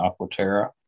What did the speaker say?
Aquaterra